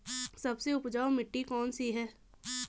सबसे उपजाऊ मिट्टी कौन सी है?